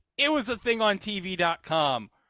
itwasathingontv.com